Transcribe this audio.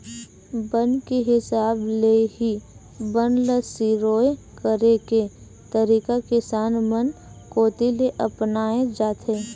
बन के हिसाब ले ही बन ल सिरोय करे के तरीका किसान मन कोती ले अपनाए जाथे